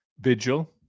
vigil